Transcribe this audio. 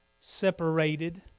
separated